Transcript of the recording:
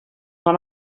van